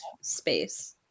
space